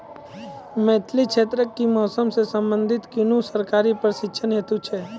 मिथिला क्षेत्रक कि मौसम से संबंधित कुनू सरकारी प्रशिक्षण हेतु छै?